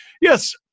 Yes